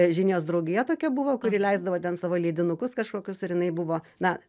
žinijos draugija tokia buvo kuri leisdavo ten savo leidinukus kažkokius ir jinai buvo na